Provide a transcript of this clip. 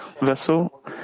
vessel